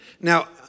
Now